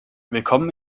willkommen